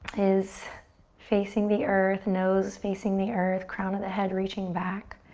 is facing the earth. nose facing the earth. crown of the head reaching back.